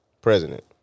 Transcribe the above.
President